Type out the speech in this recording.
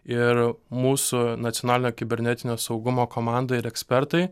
ir mūsų nacionalinio kibernetinio saugumo komanda ir ekspertai